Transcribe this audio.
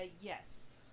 Yes